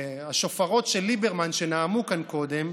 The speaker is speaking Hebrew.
השופרות של ליברמן שנאמו כאן קודם,